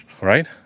right